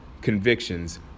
convictions